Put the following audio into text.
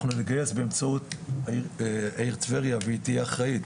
נגייס באמצעות העיר טבריה, והיא תהיה אחראית